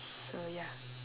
so ya